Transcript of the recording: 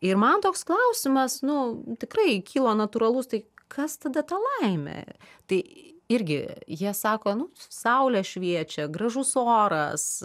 ir man toks klausimas nu tikrai kyla natūralus tai kas tada ta laimė tai irgi jie sako nu saulė šviečia gražus oras